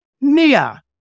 Nia